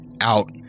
out